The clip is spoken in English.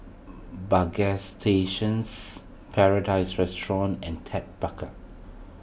Bagstationz Paradise Restaurant and Ted Baker